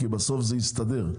כי בסוף זה יסתדר.